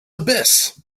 abyss